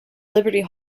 liberty